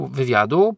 wywiadu